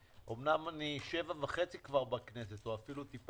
על - אמנם אני 7.5 בכנסת או יותר,